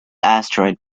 asteroid